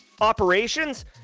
operations